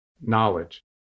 knowledge